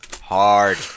hard